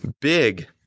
big